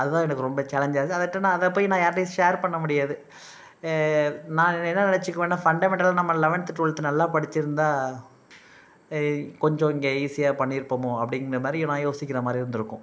அது தான் எனக்கு ரொம்ப சேலஞ்சாக இருந்தது அதட்ட நான் அதைப் போய் நான் யார்கிட்டையும் ஷேர் பண்ண முடியாது நான் என்ன நெனைச்சிக்குவேன்னா ஃபண்டமெண்டல்லு நம்ம லெவன்த்து டுவல்த் நல்லா படிச்சுருந்தா கொஞ்சம் இங்கே ஈஸியாக பண்ணியிருப்பமோ அப்படிங்கிற மாதிரி நான் யோசிக்கிற மாதிரி இருந்திருக்கும்